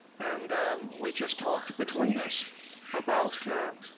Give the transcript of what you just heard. and we just talked between us about